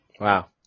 Wow